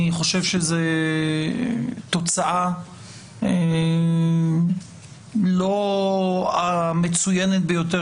אני חושב שזאת תוצאה לא מצוינת ביותר